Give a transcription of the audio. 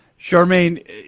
Charmaine